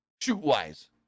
shoot-wise